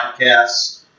podcasts